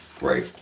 right